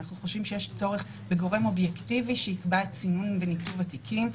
אנחנו חושבים שיש צורך בגורם אובייקטיבי שיקבע את סינון וניתוב התיקים.